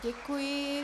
Děkuji.